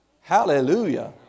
Hallelujah